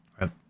Right